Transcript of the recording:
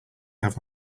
have